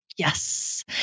Yes